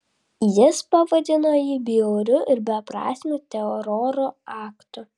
jis pavadino jį bjauriu ir beprasmiu teroro aktu